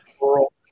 world